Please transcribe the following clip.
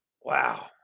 Wow